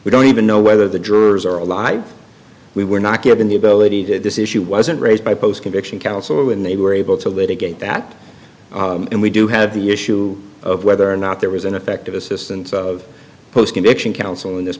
we don't even know whether the jurors are alive we were not given the ability to this issue wasn't raised by post conviction counsel and they were able to litigate that and we do have the issue of whether or not there was ineffective assistance of post conviction counsel in this